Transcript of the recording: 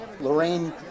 Lorraine